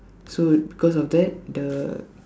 so because of that the